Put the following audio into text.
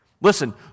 Listen